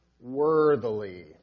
worthily